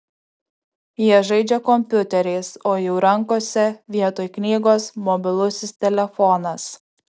jie žaidžia kompiuteriais o jų rankose vietoj knygos mobilusis telefonas